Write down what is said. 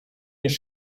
niż